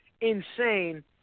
insane